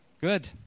Good